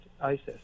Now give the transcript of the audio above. ISIS